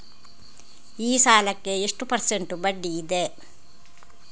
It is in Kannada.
ಈ ಸಾಲಕ್ಕೆ ಎಷ್ಟು ಪರ್ಸೆಂಟ್ ಬಡ್ಡಿ ಇದೆ?